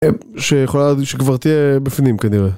שכבר תהיה בפנים כנראה